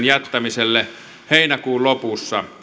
jättämiselle heinäkuun lopussa